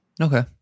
Okay